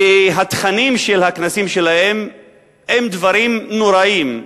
והתכנים של הכנסים שלהם הם דברים נוראיים,